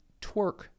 twerk